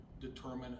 determine